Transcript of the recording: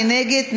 מי נגד?